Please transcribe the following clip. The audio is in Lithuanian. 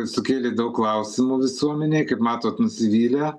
sukėlė daug klausimų visuomenei kaip matot nusivylę